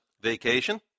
vacation